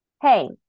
Hey